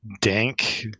dank